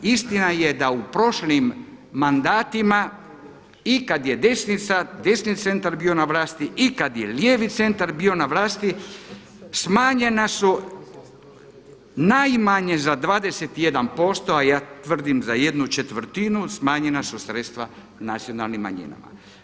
Istina je da u prošlim mandatima i kad je desnica, desni centar bio na vlasti, i kad je lijevi centar bio na vlasti, smanjena su najmanje za 21 posto, a ja tvrdim za jednu četvrtinu smanjena su sredstva nacionalnim manjinama.